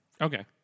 Okay